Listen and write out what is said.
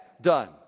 done